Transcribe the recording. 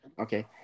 Okay